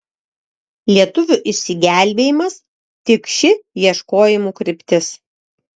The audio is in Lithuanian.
lietuvių išsigelbėjimas tik ši ieškojimų kryptis